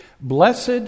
Blessed